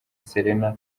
selena